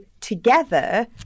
together